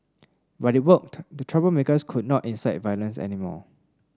but it worked the troublemakers could not incite violence anymore